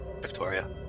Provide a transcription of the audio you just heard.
Victoria